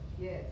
yes